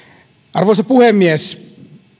arvoisa puhemies